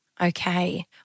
Okay